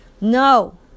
no